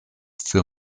für